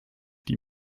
die